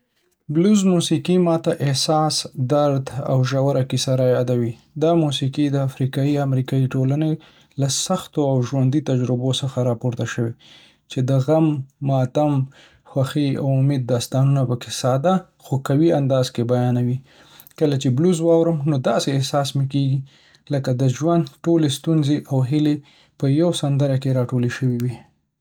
بلوز موسیقي ما ته احساس، درد، او ژوره کیسه رايادوي. دا موسیقي د افریقایي-امریکایي ټولنې له سختیو او ژوندۍ تجربو څخه راپورته شوې، چې د غم، ماتم، خوښۍ او امید داستانونه په ساده خو قوي انداز کې بیانوي. کله چې بلوز واورم، نو داسې احساس مې کېږي لکه د ژوند ټولې ستونزې او هیلي په یوه سندره کې راټولې شوې وي.